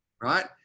right